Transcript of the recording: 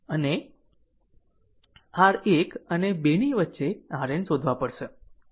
અને r 1 અને 2 ની વચ્ચે RN શોધવા પડશે